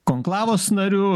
konklavos nariu